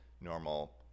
normal